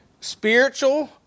spiritual